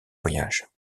voyage